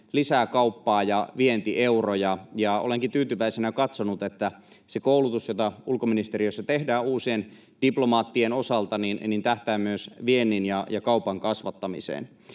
lisää kauppaa ja vientieuroja, ja olenkin tyytyväisenä katsonut, että se koulutus, jota ulkoministeriössä tehdään uusien diplomaattien osalta, tähtää myös viennin ja kaupan kasvattamiseen.